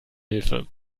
hilfe